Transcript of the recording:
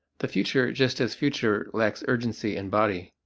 the future just as future lacks urgency and body.